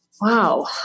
Wow